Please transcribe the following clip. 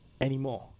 Anymore